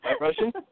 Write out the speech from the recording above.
Russian